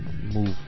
move